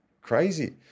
crazy